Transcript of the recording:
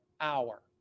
hour